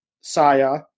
Saya